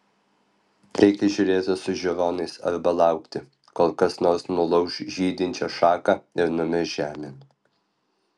reikia žiūrėti su žiūronais arba laukti kol kas nors nulauš žydinčią šaką ir numes žemėn